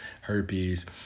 herpes